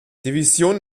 division